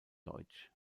deutsch